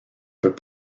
peut